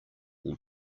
will